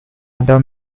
other